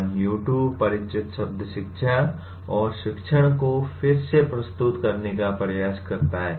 M1U2 परिचित शब्द शिक्षा और शिक्षण को फिर से प्रस्तुत करने का प्रयास करता है